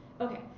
Okay